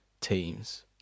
teams